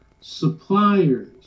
suppliers